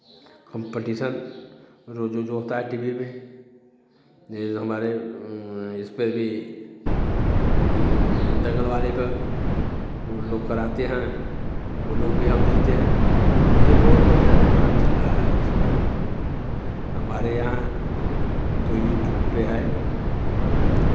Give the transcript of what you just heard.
competition जो जो होता है टी वी में जो हमारे इस पर भी दंगल वाले पे वो लोग कराते हैं वो लोग भी हम देखते हैं वैसे बहुत बढ़ियाँ प्रोग्राम चल रहा है इस समय हमारे यहाँ जो यूट्यूब पे है